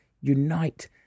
unite